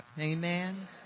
Amen